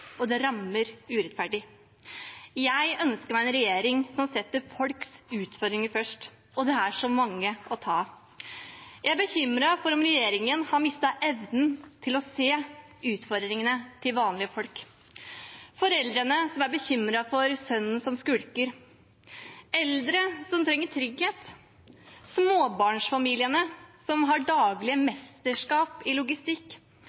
og de rammer urettferdig. Jeg ønsker meg en regjering som setter folks utfordringer først, og det er så mange å ta av. Jeg er bekymret for om regjeringen har mistet evnen til å se utfordringene til vanlige folk: foreldrene som er bekymret for sønnen som skulker, eldre som trenger trygghet, småbarnsfamiliene som har daglige mesterskap i logistikk,